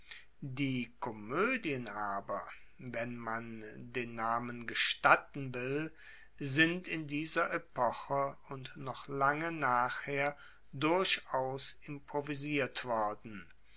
die komoedien aber wenn man den namen gestatten will sind in dieser epoche und noch lange nachher durchaus improvisiert worden